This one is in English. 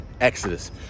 exodus